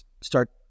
start